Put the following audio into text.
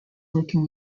working